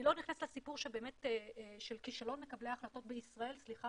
אני לא נכנסת לסיפור של כישלון מקבלי החלטות בישראל סליחה